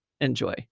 Enjoy